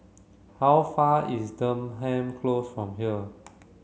how far is Denham Close from here